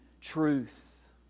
truth